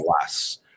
less